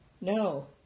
No